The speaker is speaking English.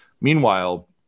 Meanwhile